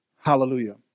Hallelujah